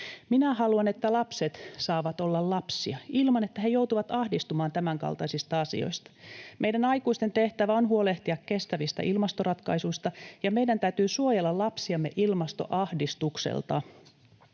Minä haluan, että lapset saavat olla lapsia ilman, että he joutuvat ahdistumaan tämänkaltaisista asioista. Meidän aikuisten tehtävä on huolehtia kestävistä ilmastoratkaisuista, ja meidän täytyy suojella lapsiamme ilmastoahdistukselta.